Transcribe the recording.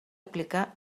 aplicar